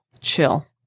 chill